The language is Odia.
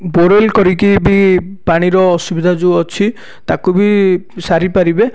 ବୋରୱେଲ କରିକି ବି ପାଣିର ଅସୁବିଧା ଯେଉଁ ଅଛି ତାକୁ ବି ସାରି ପାରିବେ